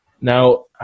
Now